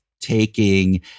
taking